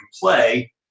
play